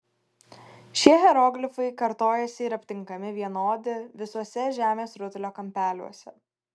šie hieroglifai kartojasi ir aptinkami vienodi visuose žemės rutulio kampeliuose